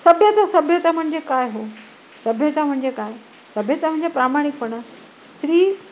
सभ्यता सभ्यता म्हणजे काय हो सभ्यता म्हणजे काय सभ्यता म्हणजे प्रामाणिकपणा स्त्री